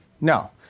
No